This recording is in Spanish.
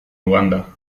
uganda